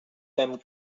fem